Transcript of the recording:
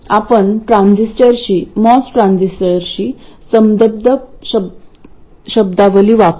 आपण मॉस ट्रान्झिस्टरशी संबद्ध शब्दावली वापरू